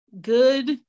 good